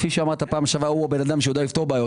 כפי שאמרת פעם שעברה הוא האדם שיודע לפתור בעיות